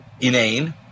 inane